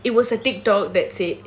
it was a Tik Tok that said